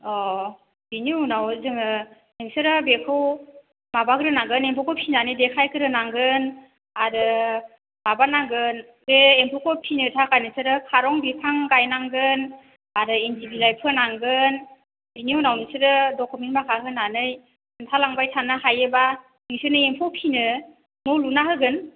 अह बेनि उनाव जोङो नोंसोरो बेखौ माबाग्रोनांगोन एम्फौखौ फिनानै देखायग्रोनांगोन आरो माबा नांगोन बे एम्फौखौ फिनो थाखाय नोंसोरो खारं बिफां गायनांगोन आरो इन्दि बिलाइ फोनांगोन बिनि उनाव नोंसोरो डकुमेन्ट माखा होनानै खोन्थालांबाय थानो हायोबा नोंसोरनो एम्फौ फिनो न' लुना होगोन